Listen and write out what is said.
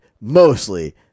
mostly